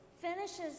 finishes